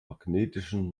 magnetischen